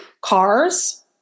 cars